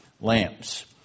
lamps